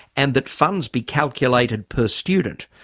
and that funds be calculated per student,